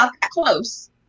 close